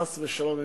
חס ושלום,